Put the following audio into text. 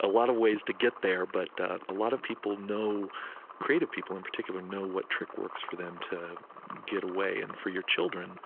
a lot of ways to get there, but a lot of people know creative people, in particular know what trick works for them to get away. and for your children,